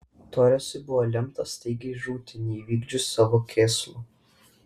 toresui buvo lemta staigiai žūti neįvykdžius savo kėslų